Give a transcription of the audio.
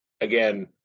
again